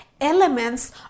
elements